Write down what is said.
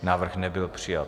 Návrh nebyl přijat.